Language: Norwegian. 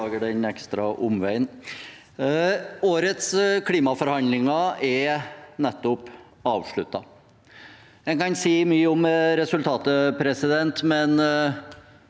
Årets klimafor- handlinger er nettopp avsluttet. Man kan si mye om resultatet, men en